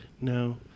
No